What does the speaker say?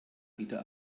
wieder